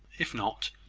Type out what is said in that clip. if not,